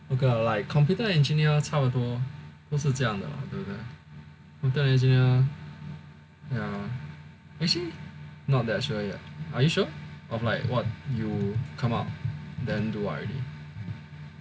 well like computer engineer 差不多都是这样的啦对不对 ya actually not that sure yet are you sure of like what you come out then do what already